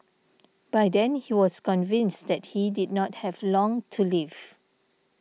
by then he was convinced that he did not have long to live